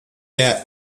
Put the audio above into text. der